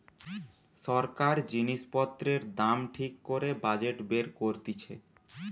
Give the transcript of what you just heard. সরকার জিনিস পত্রের দাম ঠিক করে বাজেট বের করতিছে